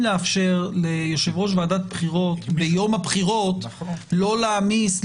לאפשר ליושב-ראש ועדת בחירות ביום הבחירות לא להעמיס,